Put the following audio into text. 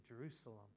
Jerusalem